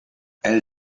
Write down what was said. elle